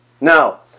Now